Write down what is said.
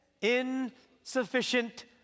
insufficient